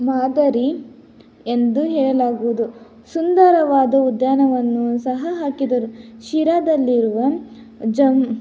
ಮಾದರಿ ಎಂದು ಹೇಳಲಾಗುವುದು ಸುಂದರವಾದ ಉದ್ಯಾನವನ್ನು ಸಹ ಹಾಕಿದರು ಶಿರಾದಲ್ಲಿರುವ ಜಮ್